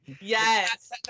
Yes